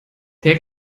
der